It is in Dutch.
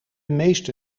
meeste